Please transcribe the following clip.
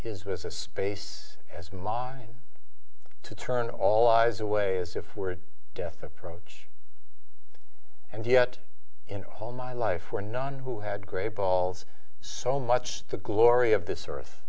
his was a space as mine to turn all eyes away as if were death approach and yet in all my life were none who had great balls so much the glory of this earth